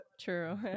True